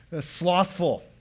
Slothful